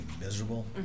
miserable